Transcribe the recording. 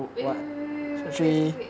wait wait wait wait wait wait wait